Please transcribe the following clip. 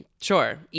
Sure